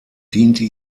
diente